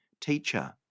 Teacher